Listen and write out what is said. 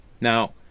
now